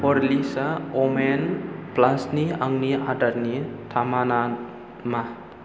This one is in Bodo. हरलिक्सआ व'मेन प्लासनि आंनि आदारनि थामाना मा